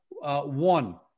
One